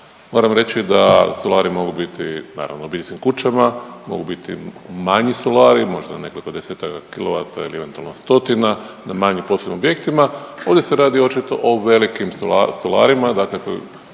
Moram reći da solari mogu biti, naravno, u obiteljskim kućama, mogu biti manji solari, možda nekoliko 20-aka kilovata ili eventualno stotina na manjim poslovnim objektima, ovdje se radi očito o velikim solarima, dakle govorimo